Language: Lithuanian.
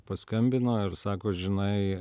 paskambino ir sako žinai